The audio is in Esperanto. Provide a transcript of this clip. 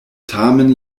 tamen